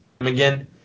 again